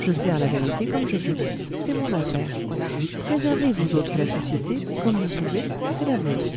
je sers la vérité comme je veux c'est mon affaire préservez vous autres la société comme vous pouvez c'est la vôtre